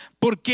Porque